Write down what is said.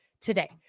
today